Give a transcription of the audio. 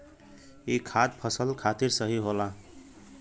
ई खाद फसल खातिर सही होला